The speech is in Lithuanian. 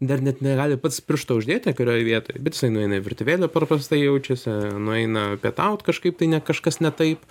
dar net negali pats piršto uždėti kurioj vietoj bet jisai nueina į virtuvę kur paprastai jaučiasi nueina pietaut kažkaip tai ne kažkas ne taip